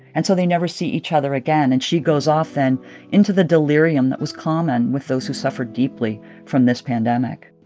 and so they never see each other again. and she goes off then into the delirium that was common with those who suffered deeply from this pandemic.